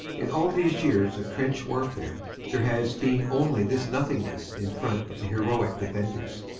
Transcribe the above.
in all these years of trench warfare there has been only this nothingness in front of the heroic defenders.